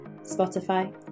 Spotify